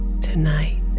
tonight